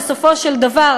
בסופו של דבר,